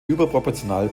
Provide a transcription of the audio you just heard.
überproportional